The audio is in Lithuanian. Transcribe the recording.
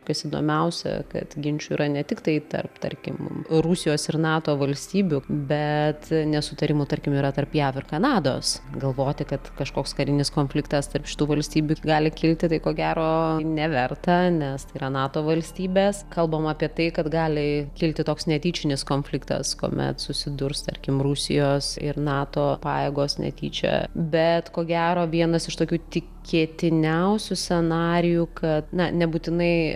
kas įdomiausia kad ginčų yra ne tiktai tarp tarkim rusijos ir nato valstybių bet nesutarimų tarkim yra tarp jav ir kanados galvoti kad kažkoks karinis konfliktas tarp šitų valstybių gali kilti tai ko gero neverta nes tai yra nato valstybės kalbama apie tai kad gali kilti toks netyčinis konfliktas kuomet susidurs tarkim rusijos ir nato pajėgos netyčia bet ko gero vienas iš tokių tikėtiniausių scenarijų kad na nebūtinai